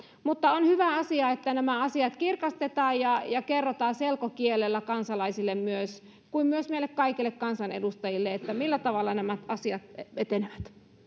mutta on hyvä asia että nämä asiat kirkastetaan ja ja kerrotaan selkokielellä kansalaisille myös kuin myös meille kaikille kansanedustajille se millä tavalla nämä asiat etenevät